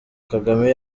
kagame